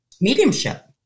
mediumship